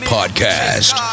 Podcast